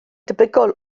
debygol